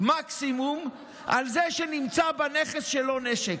מקסימום על זה שנמצא בנכס נשק.